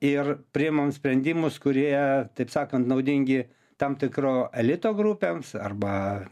ir priimam sprendimus kurie taip sakant naudingi tam tikro elito grupėms arba